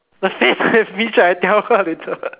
the face bitch I tell her later